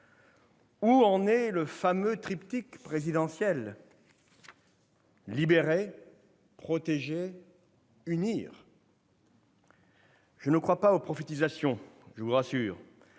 Où en est le fameux triptyque présidentiel : libérer, protéger, unir ? Je ne crois pas aux prophéties, je vous rassure,